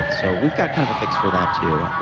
so, we've got kind of a fix for that, too. ah